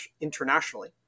internationally